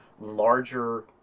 larger